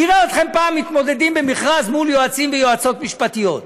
נראה אתכם פעם מתמודדים במכרז מול יועצים ויועצות משפטיות.